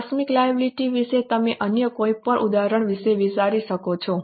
આકસ્મિક લાયબિલિટી વિશે તમે અન્ય કોઈપણ ઉદાહરણ વિશે વિચારી શકો છો